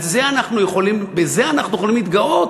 בזה אנחנו יכולים להתגאות?